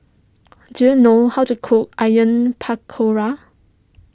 do you know how to cook Onion Pakora